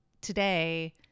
today